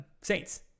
saints